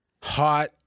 hot